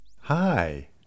Hi